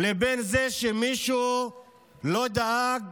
לבין זה שמישהו לא דאג